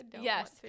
yes